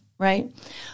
Right